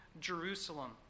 Jerusalem